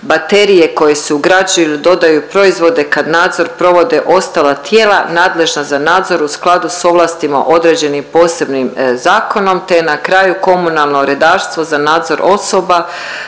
baterije koje se ugrađuju ili dodaju proizvode kad nadzor provode ostala tijela nadležna za nadzor u skladu s ovlastima određenim posebnim zakonom te na kraju komunalno redarstvo za nadzor osoba